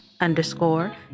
underscore